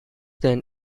then